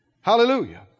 Hallelujah